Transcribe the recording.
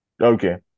Okay